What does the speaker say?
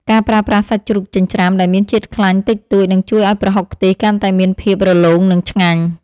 ការប្រើប្រាស់សាច់ជ្រូកចិញ្ច្រាំដែលមានជាតិខ្លាញ់តិចតួចនឹងជួយឱ្យប្រហុកខ្ទិះកាន់តែមានភាពរលោងនិងឆ្ងាញ់។